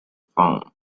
phone